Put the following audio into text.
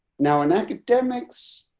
now in academics,